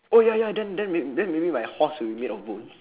oh ya ya then then may~ then maybe my horse will be made of bones